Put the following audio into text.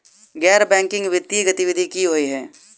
गैर बैंकिंग वित्तीय गतिविधि की होइ है?